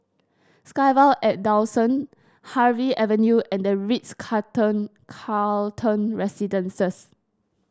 SkyVille at Dawson Harvey Avenue and The Ritz Carlton Carlton Residences